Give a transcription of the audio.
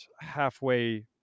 halfway